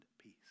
peace